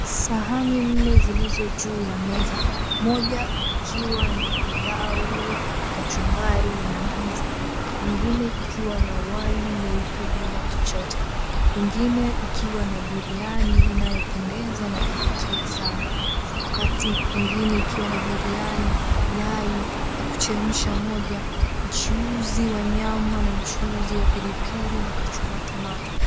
Sahani nne zilizo juu ya meza. Moja ikiwa na pilau, kachumbari na ndizi, ingine ikiwa na wali mweupe bila chochote, mwingine ukiwa na biriani inayopendeza na kuvutia sana. Wakati mwingine ikiwa na biriani, yai hakuchemsha moja, mchuzi wa nyama, na mchuzi wa pilipili na tomato.